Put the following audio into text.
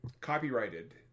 copyrighted